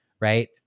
right